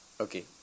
okay